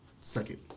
Second